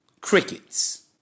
Crickets